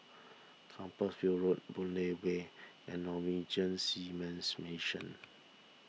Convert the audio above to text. Road Boon Lay Way and Norwegian Seamen's Mission